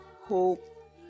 hope